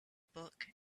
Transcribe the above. book